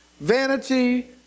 vanity